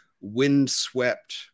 windswept